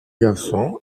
garçon